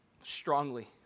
strongly